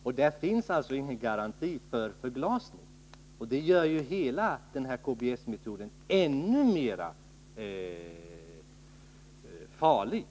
I avtalet finns alltså ingen garanti för förglasning, och det gör hela KBS-metoden ännu farligare.